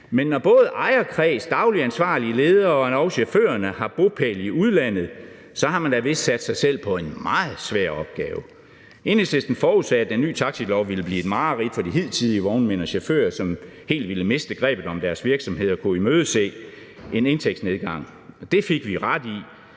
men når både ejerkreds, den daglige, ansvarlige leder og endog chaufførerne har bopæl i udlandet, har man da vist sat sig selv på en meget svær opgave. Enhedslisten forudsagde, at den nye taxilov ville blive et mareridt for de hidtidige vognmænd og chauffører, som helt ville miste grebet om deres virksomheder og ville kunne imødese en indtægtsnedgang. Det fik vi ret i,